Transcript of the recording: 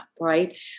right